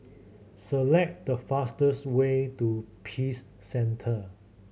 select the fastest way to Peace Centre